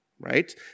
right